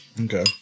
Okay